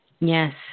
Yes